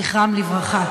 זכרם לברכה.